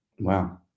Wow